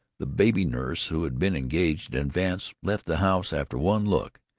the baby-nurse who had been engaged in advance left the house after one look,